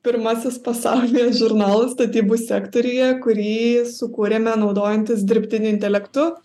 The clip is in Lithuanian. pirmasis pasaulyje žurnalas statybų sektoriuje kurį sukūrėme naudojantis dirbtiniu intelektu